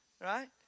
Right